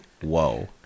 Whoa